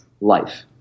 life